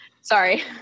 sorry